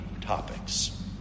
topics